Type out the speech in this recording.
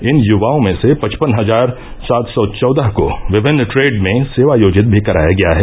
इन युवाओं में से पचपन हजार सात सौ चौदह को विभिन्न ट्रेड में सेवायोजित भी कराया गया है